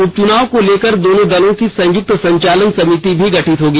उपचुनाव को लेकर दोनों दलों की संयुक्त संचालन समिति भी गठित होगी